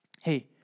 Hey